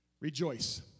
Rejoice